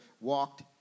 walked